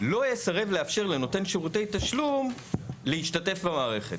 לא יסרב לאפשר לנותן שירותי תשלום להשתתף במערכת.